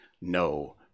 no